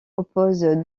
oppose